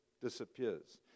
disappears